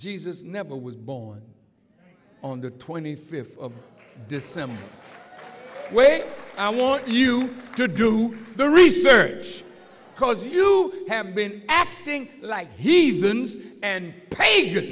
jesus never was born on the twenty fifth of december wait i want you to do the research because you have been doing like he and